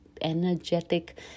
energetic